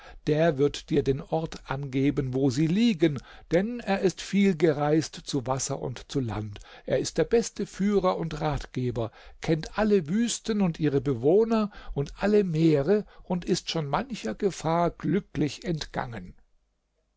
der wird dir den ort angeben wo sie liegen denn er ist viel gereist zu wasser und zu land er ist der beste führer und ratgeber kennt alle wüsten und ihre bewohner und alle meere und ist schon mancher gefahr glücklich entgangen